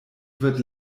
wird